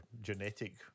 genetic